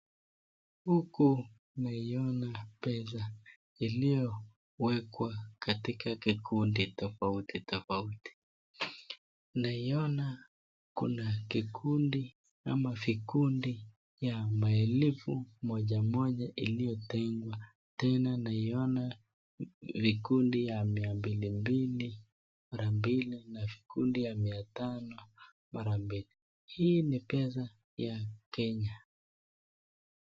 Huku naiona pesa iliyowekwa katika kikundi tofauti tofauti. Naiona kuna kikundi ama vikundi ya maelfu moja moja iliyotengwa tena naiona vikundi ya mia mbili na mbili na vikundi ya mia tano mara mbili. Hii ni pesa ya Kenya.